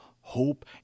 hope